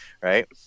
right